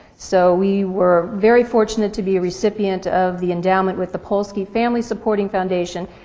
so we were very fortunate to be a recipient of the endowment with the polsky family supporting foundation,